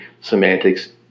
semantics